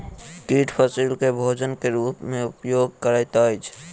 कीट फसील के भोजन के रूप में उपयोग करैत अछि